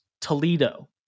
Toledo